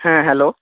হ্যাঁ হ্যালো